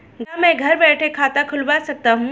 क्या मैं घर बैठे खाता खुलवा सकता हूँ?